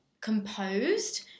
composed